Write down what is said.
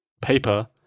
paper